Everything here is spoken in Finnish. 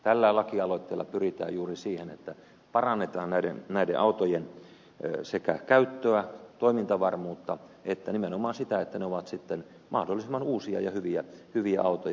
tällä laki aloitteella pyritään juuri siihen että parannetaan näiden autojen sekä käyttöä toimintavarmuutta että nimenomaan sitä että ne ovat sitten mahdollisimman uusia ja hyviä autoja